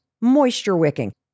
moisture-wicking